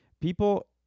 People